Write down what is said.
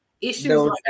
issues